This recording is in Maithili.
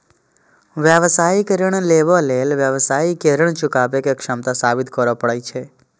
व्यावसायिक ऋण लेबय लेल व्यवसायी कें ऋण चुकाबै के क्षमता साबित करय पड़ै छै